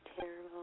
terrible